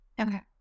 Okay